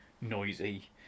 noisy